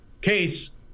case